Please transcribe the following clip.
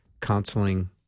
Counseling